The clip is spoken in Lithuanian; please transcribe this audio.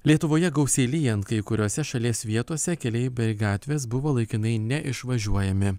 lietuvoje gausiai lyjant kai kuriose šalies vietose keliai bei gatvės buvo laikinai neišvažiuojami